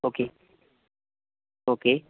okay okay